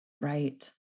Right